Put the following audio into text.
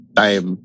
time